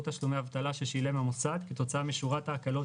תשלומי אבטלה ששילם המוסד כתוצאה משורת ההקלות,